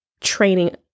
training